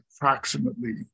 approximately